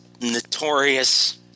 notorious